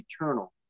eternal